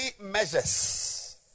measures